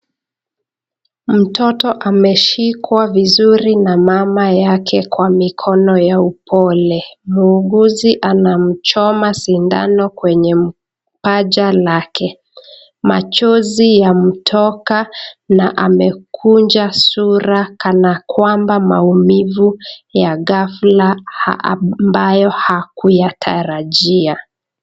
Mtoto ameshikwa vizuri na mama yake kwa mikono ya upole. Muuguzi anamchoma sindano kwenye paja lake. Machozi yametoka na amekunja sura kana kwamba maumivu ya ghafla ambayo hakuyatarajia.